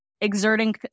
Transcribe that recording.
exerting